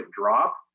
drop